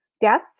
death